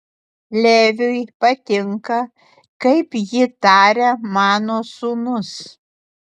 leviui patinka kaip ji taria mano sūnus